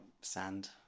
sand